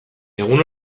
egun